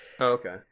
okay